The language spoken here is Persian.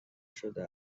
شده